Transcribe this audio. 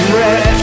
red